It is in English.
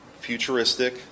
futuristic